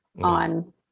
on